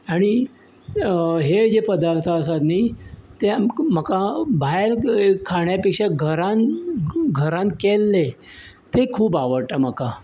आनी हें जे पदार्थ आसा न्ही ते आमकां म्हाका भायर खाण्या पेक्षा घरांंत घरांत केल्ले ते खूब आवडटा म्हाका